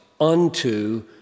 unto